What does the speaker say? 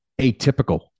atypical